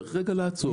צריך רגע לעצור.